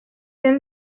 been